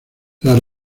las